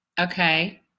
Okay